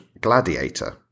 Gladiator